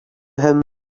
him